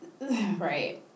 Right